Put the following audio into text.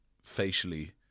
facially